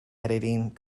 editing